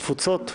בתפוצות?